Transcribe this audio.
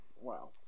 Wow